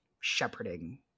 shepherding